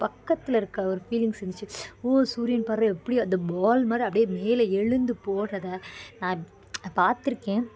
பக்கத்தில் இருக்க ஒரு ஃபீலிங்ஸ் இருந்துச்சு ஓ சூரியன் பார்றா எப்படி அது பால் மாதிரி அப்படே மேலே எழுந்து போறதை நான் பார்த்துருக்கேன்